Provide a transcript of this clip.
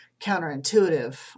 counterintuitive